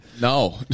No